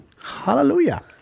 Hallelujah